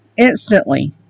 Instantly